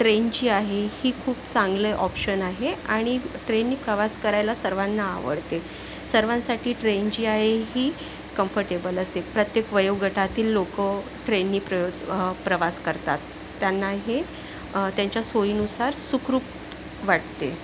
train जी आहे ही खूप चांगले ऑप्शन आहे आणि ट्रेननी प्रवास करायला सर्वांना आवडते सर्वांसाठी ट्रेन जी आहे ही कम्फर्टेबल असते प्रत्येक वयोगटातील लोकं ट्रेननी प्र प्रवास करतात त्यांना हे त्यांच्या सोयीनुसार सुखरूप वाटते